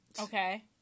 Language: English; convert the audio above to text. Okay